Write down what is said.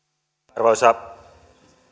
arvoisa